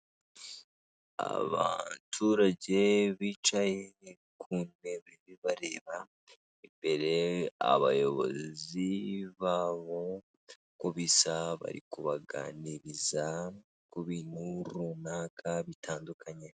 Abaturage bicaye ku ntebe bareba imbere abayobozi babo uko bisa bari kubaganiriza ku bintu runaka bitandukanye.